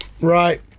Right